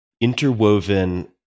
interwoven